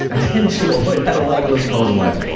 i tend to, although i've had a lot of close calls in life.